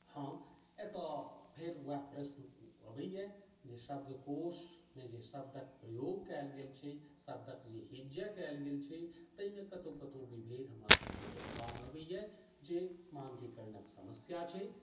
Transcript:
हँ एतय फेर वउएह प्रश्न अबैए जे शब्दकोशमे जे शब्दक प्रयोग कयल गेल छै शब्दक जे हिज्जै कयल गेल छै ताहिमे कतहु कतहु विभेद हमरासभके देखबामे अबैए जे मानकीकरणक समस्या छै